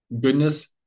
goodness